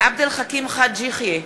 עבד אל חכים חאג' יחיא,